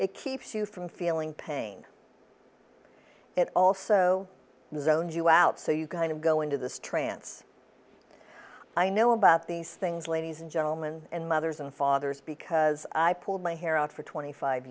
it keeps you from feeling pain it also does own you out so you kind of go into the strands i know about these things ladies and gentleman and mothers and fathers because i pulled my hair out for twenty five